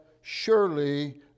surely